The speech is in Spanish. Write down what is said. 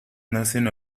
nacen